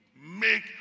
make